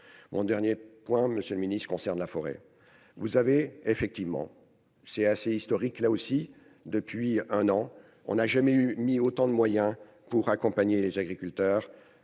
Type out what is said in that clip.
en dernier point Monsieur le Ministre, concerne la forêt vous avez effectivement c'est assez historique, là aussi, depuis un an on a jamais eu mis autant de moyens pour accompagner les agriculteurs